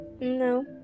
no